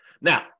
Now